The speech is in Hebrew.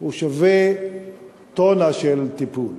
שווה טונה של טיפול.